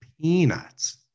peanuts